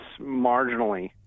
marginally